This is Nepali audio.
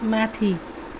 माथि